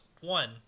One